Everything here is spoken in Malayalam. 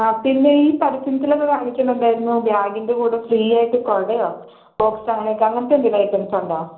ആ പിന്നെ ഈ പരസ്യത്തിലൊക്കെ കാണിക്കുന്നുണ്ടായിരുന്നു ബാഗിൻ്റെ കൂടെ ഫ്രീ ആയിട്ട് കുടയോ ബോക്സോ അങ്ങനെയൊക്കെ അങ്ങനത്തെ എന്തെങ്കിലും ഐറ്റംസ് ഉണ്ടോ